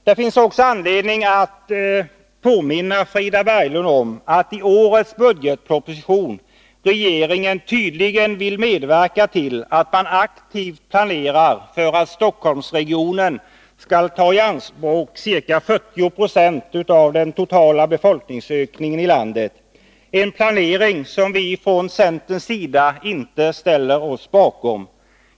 Det finns också anledning att påminna Frida Berglund om att regeringen i årets budgetproposition tydligen vill medverka till en aktiv planering för att Stockholmsregionen skall ta i anspråk ca 40 26 av den totala befolkningsökningen i landet, en planering som vi från centerns sida inte ställer oss bakom.